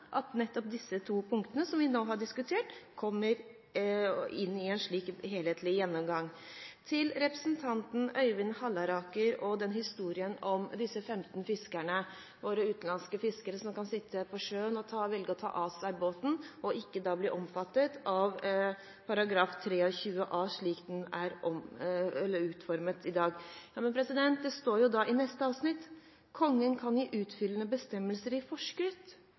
at nettopp disse to punktene som vi nå har diskutert, kommer inn i en slik helhetlig gjennomgang. Til representanten Øyvind Halleraker og historien om de 15 utenlandske fiskerne som kan sitte på sjøen og velge å ta av seg vesten og ikke bli omfattet av § 23 a slik den er utformet i dag: Det står jo i neste avsnitt at «Kongen kan gi utfyllende bestemmelser i forskrift».